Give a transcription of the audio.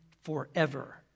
forever